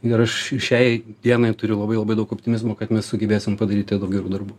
ir aš šiai dienai turiu labai labai daug optimizmo kad mes sugebėsim padaryti gerų darbų